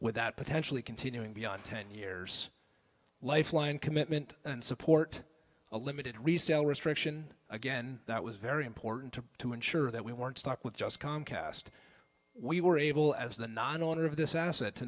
without potentially continuing beyond ten years lifeline commitment and support a limited resale restriction again that was very important to to ensure that we weren't stuck with just comcast we were able as the non owner of this asset to